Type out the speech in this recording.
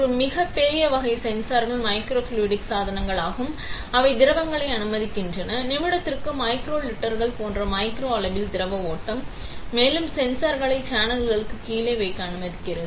ஒரு மிகப் பெரிய வகை சென்சார்கள் மைக்ரோஃப்ளூய்டிக் சாதனங்கள் ஆகும் அவை திரவங்களை அனுமதிக்கின்றன நிமிடத்திற்கு மைக்ரோ லிட்டர்கள் போன்ற மைக்ரோ அளவில் திரவ ஓட்டம் மேலும் சென்சார்களை சேனலுக்கு கீழே வைக்க அனுமதிக்கிறது